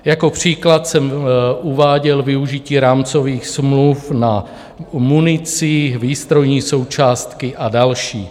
Jako příklad jsem uváděl využití rámcových smluv na munici, výstrojní součástky a další.